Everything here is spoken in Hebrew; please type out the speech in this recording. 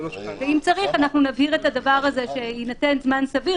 אם צריך, נבהיר את זה, שיינתן זמן סביר.